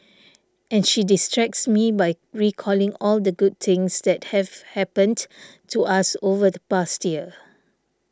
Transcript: and she distracts me by recalling all the good things that have happened to us over the past year